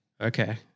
Okay